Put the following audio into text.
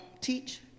teach